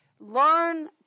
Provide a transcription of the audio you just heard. Learn